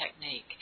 Technique